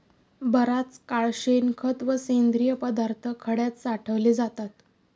बराच काळ शेणखत व सेंद्रिय पदार्थ खड्यात साठवले जातात